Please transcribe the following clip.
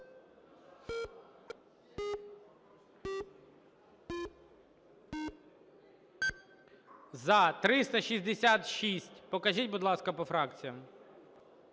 За-366 Покажіть, будь ласка, по фракціях.